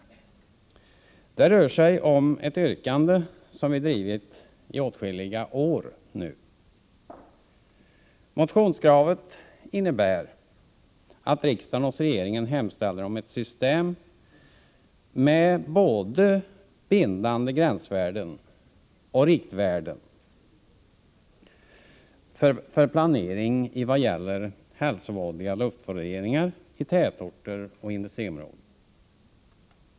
Det rör sig om ett yrkande som vi drivit i åtskilliga år nu. Motionskravet innebär att riksdagen hos regeringen hemställer om ett system med både bindande gränsvärden och riktvärden för planering i vad gäller hälsovådliga luftföroreningar i tätorter och industriområden.